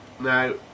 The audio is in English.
now